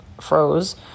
froze